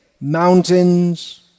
mountains